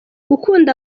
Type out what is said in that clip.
gukunda